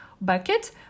bucket